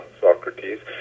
Socrates